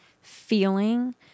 feeling